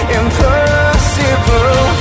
impossible